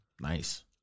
Nice